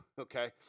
okay